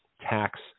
tax